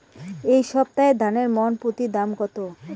এই সপ্তাহে ধানের মন প্রতি দাম কত?